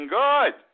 good